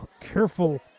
careful